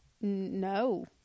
No